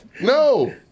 No